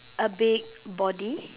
a big body